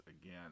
again